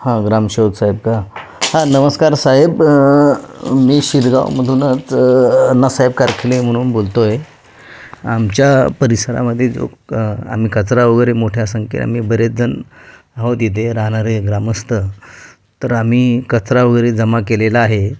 हां ग्रामसेवक साहेब का हां नमस्कार साहेब मी शिरगावमधूनच अन्नासाहेब कारखिले म्हणून बोलतो आहे आमच्या परिसरामध्ये जो प आम्ही कचरा वगैरे मोठ्या संख्येत आम्ही बरेचजण आहोत इथे राहणारे ग्रामस्थ तर आम्ही कचरा वगैरे जमा केलेला आहे